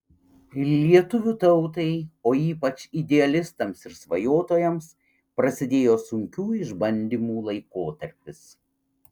lietuvių tautai o ypač idealistams ir svajotojams prasidėjo sunkių išbandymų laikotarpis